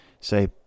say